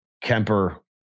Kemper